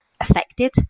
affected